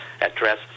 address